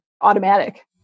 automatic